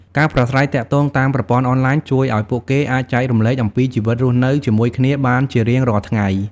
ការប្រាស្រ័យទាក់់ទងតាមប្រព័ន្ធអនឡាញជួយឱ្យពួកគេអាចចែករំលែកអំពីជីវិតរស់នៅជាមួយគ្នាបានជារៀងរាល់ថ្ងៃ។